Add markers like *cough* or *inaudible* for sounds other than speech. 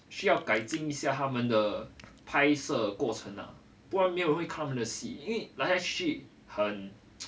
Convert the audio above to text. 需要改进一下他们的拍摄过程呢不然没有人会看他们的戏因为来来去去很 *noise*